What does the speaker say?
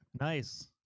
Nice